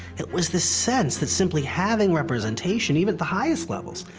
it was this sense that simply having representation, even at the highest levels,